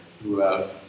throughout